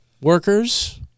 workers